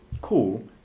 cool